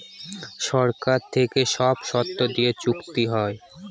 সরকার থেকে সব শর্ত দিয়ে চুক্তি হয়